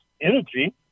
Energy